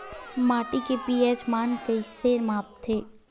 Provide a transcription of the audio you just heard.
माटी के पी.एच मान कइसे मापथे?